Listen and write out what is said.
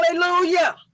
hallelujah